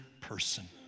person